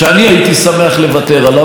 שאני הייתי שמח לוותר עליו,